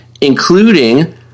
including